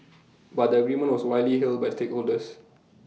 but the agreement was widely hailed by stakeholders